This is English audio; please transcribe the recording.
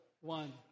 one